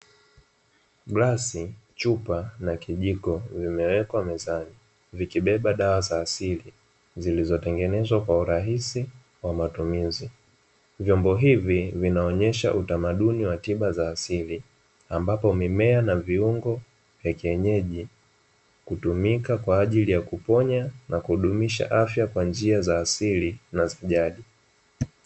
Glasi, chupa na kijiko vimewekwa mezani vikibeba dawa za asili zilizotengenezwa kwa urahisi wa matumizi, vyombo hivi vinaonyesha utamaduni wa tiba za asili ambapo mimea na viungo vya kienyeji kutumika kwa ajili ya kuponya na kudumisha afya kwa njia za asili na za jadi.